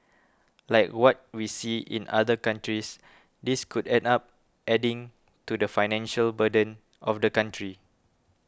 like what we see in other countries this could end up adding to the financial burden of the country